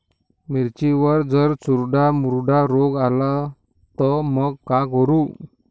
मिर्चीवर जर चुर्डा मुर्डा रोग आला त मंग का करू?